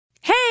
Hey